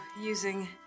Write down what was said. using